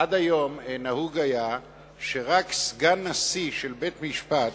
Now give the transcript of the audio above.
עד היום נהוג היה שרק סגן נשיא של בית-משפט,